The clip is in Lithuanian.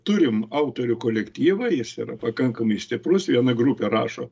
turim autorių kolektyvą jis yra pakankamai stiprus viena grupė rašo